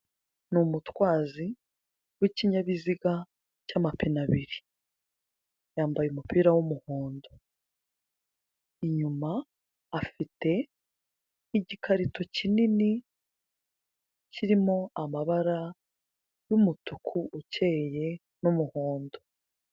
Ni umutwazi w'ikinyabiziga cy'amapine abiri, yambaye umupira w'umuhondo, inyuma afite igikarito kinini kirimo amabara y'umutuku ukeye n'umuhondo.